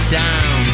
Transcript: down